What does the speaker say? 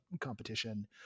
competition